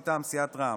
מטעם סיעת רע"מ.